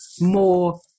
More